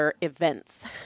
events